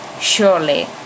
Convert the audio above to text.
Surely